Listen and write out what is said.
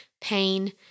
pain